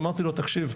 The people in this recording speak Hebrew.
ואמרתי לו תקשיב,